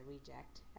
reject